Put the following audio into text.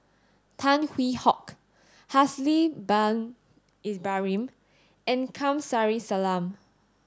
Tan Hwee Hock Haslir bin Ibrahim and Kamsari Salam